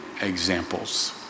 examples